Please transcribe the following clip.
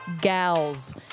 GALS